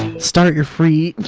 start your free.